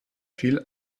fiel